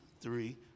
three